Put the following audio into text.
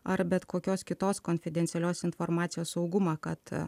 ar bet kokios kitos konfidencialios informacijos saugumą kad